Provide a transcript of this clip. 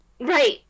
right